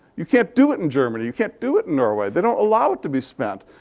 you can't do it in germany. you can't do it in norway. they don't allow it to be spent.